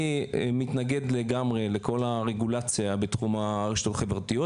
אני מתנגד לגמרי לכל הרגולציה בתחום הרשתות החברתיות,